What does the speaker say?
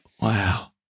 wow